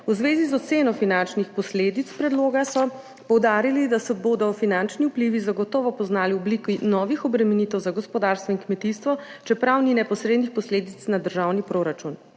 V zvezi z oceno finančnih posledic predloga so poudarili, da se bodo finančni vplivi zagotovo poznali v obliki novih obremenitev za gospodarstvo in kmetijstvo, čeprav ni neposrednih posledic na državni proračun.